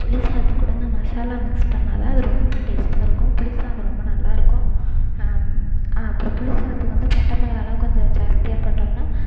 புளி சாதத்துக்கூட இந்த மசாலா மிக்ஸ் பண்ணாதான் அது ரொம்ப டேஸ்டாக இருக்கும் புளி சாதம் ரொம்ப நல்லாயிருக்கும் அப்றம் புளி சாதத்துக்கு வந்து பட்டை மிளகாலாம் கொஞ்சம் ஜாஸ்தியாக போட்டோம்னா